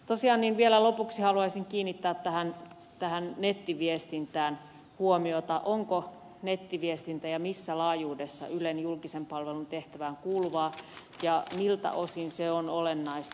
tosiaan vielä lopuksi haluaisin kiinnittää tähän nettiviestintään huomiota onko nettiviestintä ja missä laajuudessa ylen julkisen palvelun tehtävään kuuluvaa ja miltä osin se on olennaista